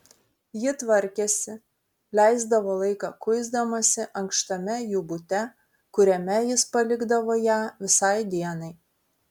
ji tvarkėsi leisdavo laiką kuisdamasi ankštame jų bute kuriame jis palikdavo ją visai dienai